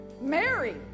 Mary